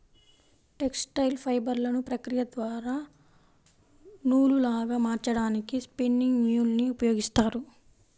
textile ఫైబర్లను ప్రక్రియ ద్వారా నూలులాగా మార్చడానికి స్పిన్నింగ్ మ్యూల్ ని ఉపయోగిస్తారు